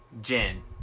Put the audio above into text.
Jen